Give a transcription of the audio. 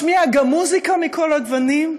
משמיעה גם מוזיקה מכל הגוונים,